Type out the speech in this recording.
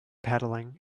paddling